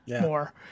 more